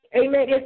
Amen